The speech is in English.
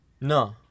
No